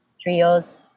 trios